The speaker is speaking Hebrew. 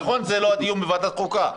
נכון שזה לא הדיון בוועדת חוקה,